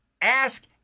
Ask